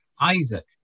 Isaac